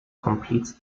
completes